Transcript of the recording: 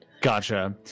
Gotcha